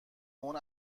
اون